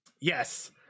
yes